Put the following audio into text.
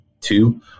two